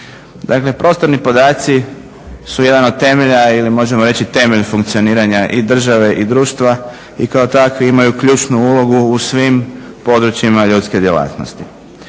Dakle, prostorni podaci su jedan od temelja ili možemo reći temelj funkcioniranja i države i društva i kao takvi imaju ključnu ulogu u svim područjima ljudske djelatnosti.